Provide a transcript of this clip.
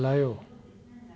हलायो